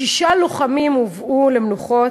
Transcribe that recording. שישה לוחמים הובאו למנוחות.